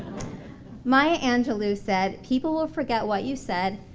maya angelou said people will forget what you said,